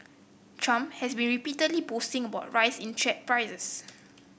trump has been repeatedly boasting about rise in share prices